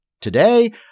today